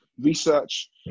research